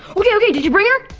okay, okay, did you bring her?